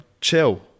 chill